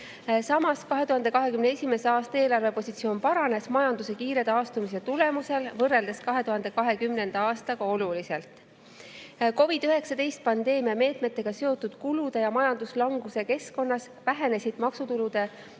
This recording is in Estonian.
Samas, 2021. aasta eelarvepositsioon paranes majanduse kiire taastumise tulemusel võrreldes 2020. aastaga oluliselt. COVID-19 pandeemia meetmetega seotud kulude ja majanduslanguse keskkonnas vähenenud maksutulude